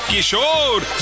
Kishore